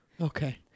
Okay